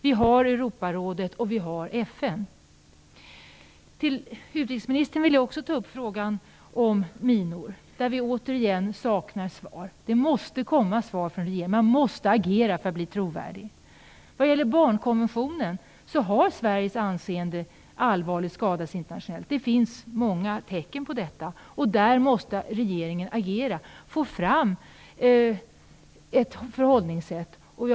Vi har Jag vill med utrikesministern också ta upp minfrågan, där vi återigen saknar svar. Det måste komma besked från regeringen. Man måste agera för att bli trovärdig. Vad gäller barnkonventionen har Sveriges anseende skadats allvarligt internationellt. Det finns många tecken på detta. Regeringen måste agera och få fram ett förhållningssätt i detta sammanhang.